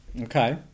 Okay